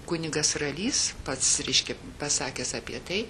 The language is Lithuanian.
kunigas ralys pats reiškia pasakęs apie tai